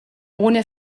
ohne